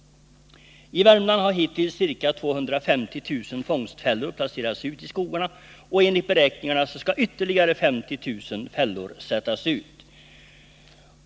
I Värmland har hittills ca 250 000 fångstfällor placerats ut i skogarna, och enligt beräkningarna skall ytterligare 50 000 fällor sättas ut.